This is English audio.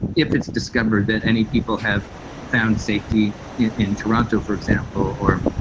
if it's discovered that any people have found safety in toronto, for example, or.